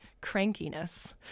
crankiness